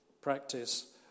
Practice